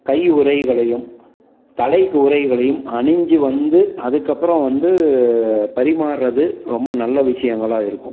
கை உரைகளையும் தலைக்கு உரைகளையும் அணிஞ்சி வந்து அதுக்கப்புறோம் வந்து பரிமாறுறது ரொம்ப நல்ல விஷயங்களா இருக்கும்